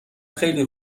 خیلی